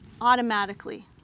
automatically